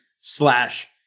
slash